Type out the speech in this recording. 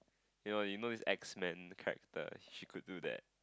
you know you know this X Men character she could do that